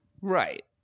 Right